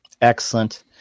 Excellent